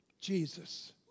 Jesus